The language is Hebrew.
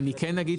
אני כן אגיד,